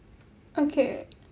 okay